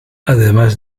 además